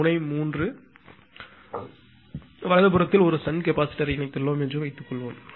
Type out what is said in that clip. முனை 3 வலதுபுறத்தில் ஒரு ஷன்ட் கெபாசிட்டர் யை இணைத்துள்ளோம் என்று வைத்துக்கொள்வோம்